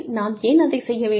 நாம் ஏன் அதைச் செய்ய வேண்டும்